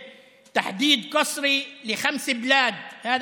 ולאחר מכן יש קביעה שרירותית של חמישה יישובים.